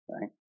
right